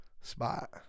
spot